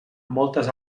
moltes